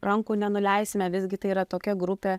rankų nenuleisime visgi tai yra tokia grupė